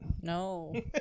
No